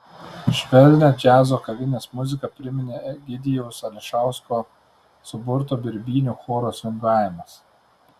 švelnią džiazo kavinės muziką priminė egidijaus ališausko suburto birbynių choro svingavimas